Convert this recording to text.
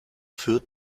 führt